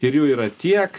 ir jų yra tiek